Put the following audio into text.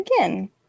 again